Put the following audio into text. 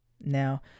Now